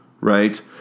right